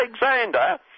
Alexander